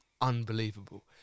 unbelievable